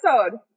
episode